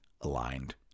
aligned